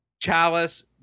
Chalice